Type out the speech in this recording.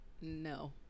No